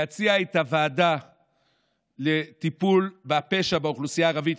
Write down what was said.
להציע את הוועדה לטיפול בפשע באוכלוסייה הערבית,